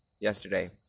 yesterday